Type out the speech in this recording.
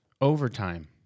overtime